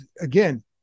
again